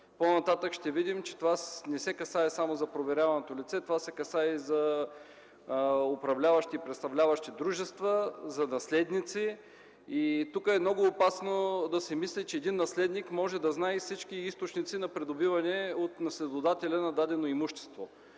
По-нататък ще видим, че това не се отнася само за проверяваното лице, а и за управляващи и представляващи дружества, за наследници. Тук е много опасно да се мисли, че един наследник може да знае всички източници на придобиване на дадено имущество